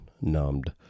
numbed